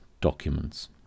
documents